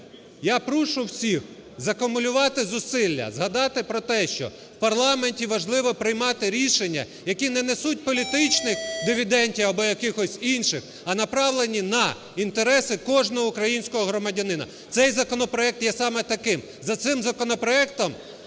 я прошу всіх закумулювати зусилля, згадати про те, що в парламенті важливо приймати рішення, які не несуть політичних дивідендів або якихось інших, а направлені на інтереси кожного українського громадянина. Цей законопроект є саме таким, за цим законопроектом